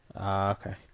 Okay